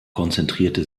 konzentrierte